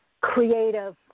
creative